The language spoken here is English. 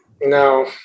No